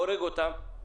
הורג אותם,